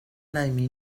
laimi